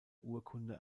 urkunde